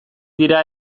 dira